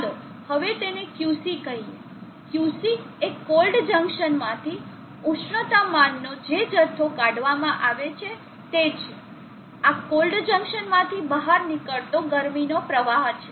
ચાલો હવે તેને QC કહીએ QC એ કોલ્ડ જંકશન માંથી ઉષ્ણતામાનનો જે જથ્થો કાઢવામાં આવે છે તે છે આ કોલ્ડ જંકશન માંથી બહાર નીકળતો ગરમીનો પ્રવાહ છે